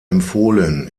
empfohlen